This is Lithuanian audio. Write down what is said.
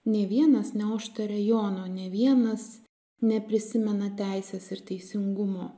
nė vienas neužtarė jono nė vienas neprisimena teisės ir teisingumo